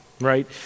Right